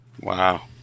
Wow